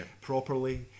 properly